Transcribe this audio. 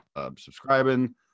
subscribing